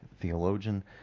Theologian